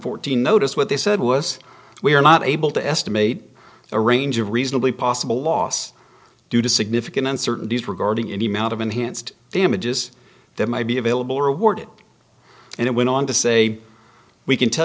fourteen notice what they said was we are not able to estimate a range of reasonably possible loss due to significant uncertainties regarding any amount of enhanced damages that might be available or awarded and it went on to say we can tell